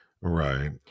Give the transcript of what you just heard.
Right